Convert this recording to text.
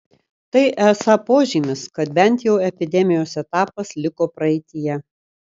tai esą požymis kad bent jau epidemijos etapas liko praeityje